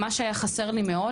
למה פשוט לא להקריא את זה?